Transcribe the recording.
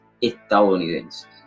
estadounidenses